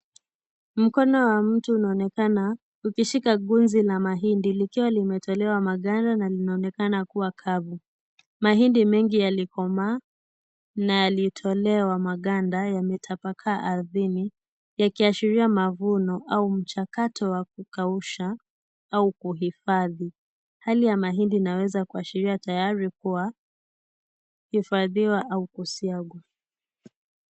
Mkono wa mtu unaonekana ukishika gunzi na mahindi likiwa limetolewa maganda na linaonekana kuwa kavu. Mahindi mengi yalikomaa na yalitolewa maganda yametapakaa ardhini yakiashiria mavuno au mchakato wa kukausha au kuhifadhi. Hali ya mahindi inaweza kuashiria tayari kuhifadhiwa au kusiagwa.